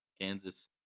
Kansas